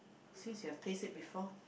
since you have taste it before